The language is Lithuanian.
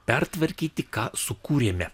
pertvarkyti ką sukūrėme